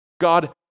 God